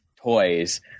toys